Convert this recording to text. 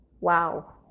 Wow